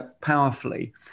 powerfully